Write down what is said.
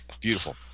Beautiful